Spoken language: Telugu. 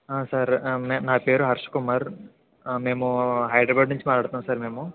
సార్ నేను నా పేరు హర్ష్ కుమర్ మేము హైదరాబాదు నుంచి మాట్లాడుతున్నాము సార్ మేము